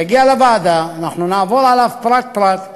כשהוא יגיע לוועדה אנחנו נעבור עליו פרט-פרט,